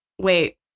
wait